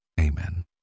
amen